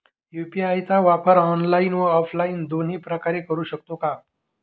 UPI चा वापर online व ऑफलाईन दोन्ही प्रकारे करु शकतो का?